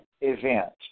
event